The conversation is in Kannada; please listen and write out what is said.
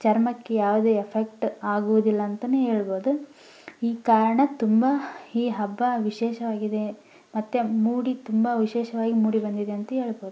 ಚರ್ಮಕ್ಕೆ ಯಾವುದೇ ಎಫೆಕ್ಟ್ ಆಗುವುದಿಲ್ಲ ಅಂತಲೆ ಹೇಳ್ಬೋದು ಈ ಕಾರಣ ತುಂಬ ಈ ಹಬ್ಬ ವಿಶೇಷವಾಗಿದೆ ಮತ್ತು ಮೂಡಿ ತುಂಬ ವಿಶೇಷವಾಗಿ ಮೂಡಿ ಬಂದಿದೆ ಅಂತ ಹೇಳ್ಬೋದ್